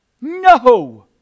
No